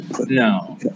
no